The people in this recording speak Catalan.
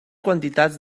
quantitats